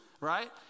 right